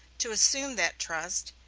to assume that trust,